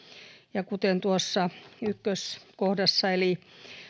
ja kuten tuossa ykköskohdassa eli